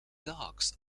dogs